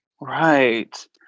Right